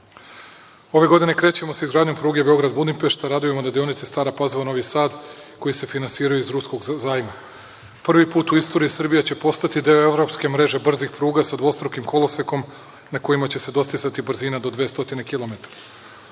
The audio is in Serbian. godine krećemo sa izgradnjom pruge Beograd – Budimpešta, radove na deonicama Stara Pazova – Novi Sad koji se finansiraju iz ruskog zajma. Prvi put u istoriji Srbija će postati deo evropske mreže brzih pruga sa dvostrukim kolosekom na kojima će se dostizati brzina do 200